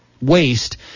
waste